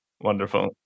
Wonderful